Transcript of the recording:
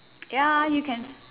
ya you can s~